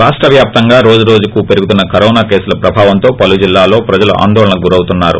రాష్ట వ్యాప్తంగా రోజు రోజుకూ పెరుగుతున్న కరోనా కేసుల ప్రభావంతో పలు జిల్లాల్లో ప్రజలు ఆందోళనకు గ్రామారు